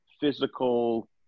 physical